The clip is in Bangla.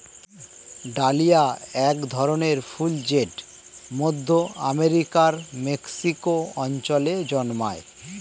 ডালিয়া এক ধরনের ফুল জেট মধ্য আমেরিকার মেক্সিকো অঞ্চলে জন্মায়